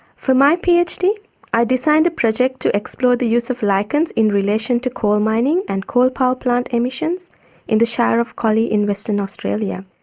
for my phd i designed a project to explore the use of lichens in relation to coal mining and coal power plant emissions in the shire of collie in western australia,